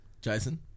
Jason